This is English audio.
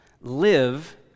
live